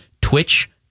Twitch